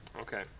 Okay